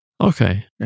Okay